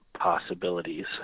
possibilities